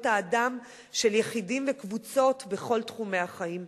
האדם של יחידים וקבוצות בכל תחומי החיים.